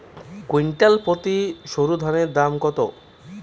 Quintal প্রতি সরুধানের দাম কত?